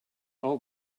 all